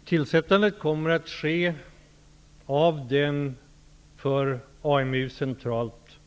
Fru talman! Tillsättandet kommer att ske av den för AMU centralt